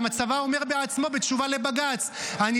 גם הצבא אומר בעצמו בתשובה לבג"ץ: אני